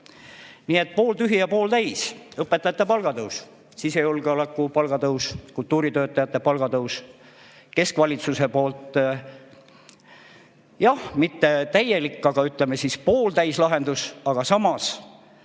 Nii et pooltühi ja pooltäis. Õpetajate palga tõus, palgatõus sisejulgeolekus, kultuuritöötajate palga tõus: keskvalitsuse poolt, jah, mitte täielik, aga ütleme siis, pooltäis lahendus, aga samas